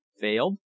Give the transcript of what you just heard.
Failed